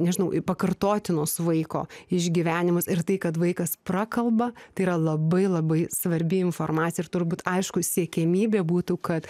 nežinau pakartotinus vaiko išgyvenimus ir tai kad vaikas prakalba tai yra labai labai svarbi informacija ir turbūt aišku siekiamybė būtų kad